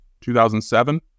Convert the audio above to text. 2007